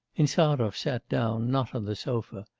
insarov sat down, not on the sofa,